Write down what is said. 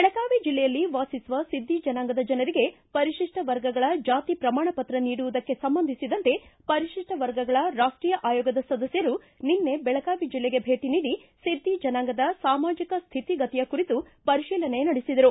ಬೆಳಗಾವಿ ಜಿಲ್ಲೆಯಲ್ಲಿ ವಾಸಿಸುವ ಸಿದ್ದಿ ಜನಾಂಗದ ಜನರಿಗೆ ಪರಿಶಿಪ್ಟ ವರ್ಗಗಳ ಜಾತಿ ಪ್ರಮಾಣಪತ್ರ ನೀಡುವುದಕ್ಕೆ ಸಂಬಂಧಿಸಿದಂತೆ ಪರಿಶಿಷ್ಟ ವರ್ಗಗಳ ರಾಷ್ಟೀಯ ಆಯೋಗದ ಸದಸ್ಯರು ನಿನ್ನೆ ಬೆಳಗಾವಿ ಜಿಲ್ಲೆಗೆ ಭೇಟಿ ನೀಡಿ ಸಿದ್ದಿ ಜನಾಂಗದ ಸಾಮಾಜಿಕ ಸ್ವಿತಿಗತಿಯ ಕುರಿತು ಪರಿಶೀಲನೆ ನಡೆಸಿದರು